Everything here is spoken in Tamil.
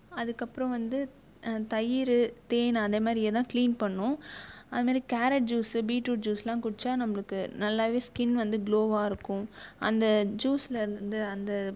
அதுக்கப்புறம் வந்து தயிர் தேன் அதே மாரியே தான் கிளீன் பண்ணும் அது மாரி கேரட் ஜூஸ் பீட்ரூட் ஜூஸ்லாம் குடிச்சால் நம்மளுக்கு நல்லா ஸ்கின் வந்து க்ளோவாயிருக்கும் அந்த ஜூஸ்லாம் வந்து அந்த